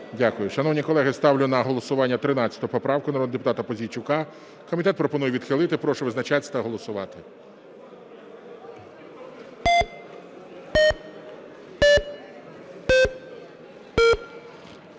Дякую. Шановні колеги, ставлю на голосування 13 поправку народного депутата Пузійчука. Комітет пропонує відхилити. Прошу визначатись та голосувати.